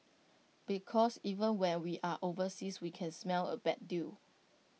because even when we are overseas we can smell A bad deal